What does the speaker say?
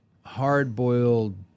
hard-boiled